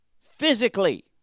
physically